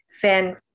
fan